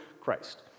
Christ